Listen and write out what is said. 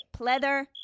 Pleather